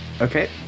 Okay